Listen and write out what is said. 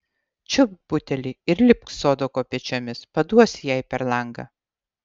čiupk butelį ir lipk sodo kopėčiomis paduosi jai per langą